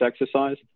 exercise